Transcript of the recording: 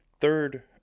third